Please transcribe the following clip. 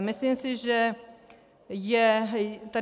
Myslím si, že